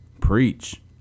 Preach